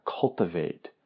cultivate